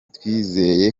twizeye